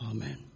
Amen